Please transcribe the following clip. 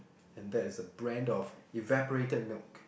and that is a brand of evaporated milk